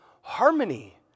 harmony